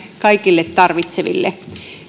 kaikille tarvitseville